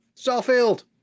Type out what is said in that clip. starfield